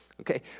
Okay